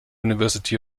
university